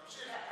תמשיך.